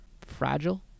fragile